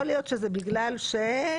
יכול להיות שזה בגלל ש-?